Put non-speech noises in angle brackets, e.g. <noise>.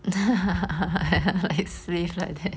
<laughs> like slave like that